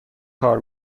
کار